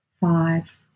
five